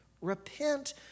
repent